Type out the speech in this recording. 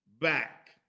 back